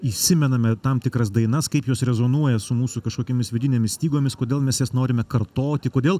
įsimename tam tikras dainas kaip jos rezonuoja su mūsų kažkokiomis vidinėmis stygomis kodėl mes jas norime kartoti kodėl